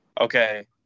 okay